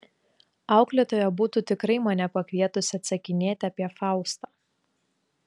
auklėtoja būtų tikrai mane pakvietusi atsakinėti apie faustą